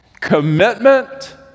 commitment